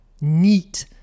Neat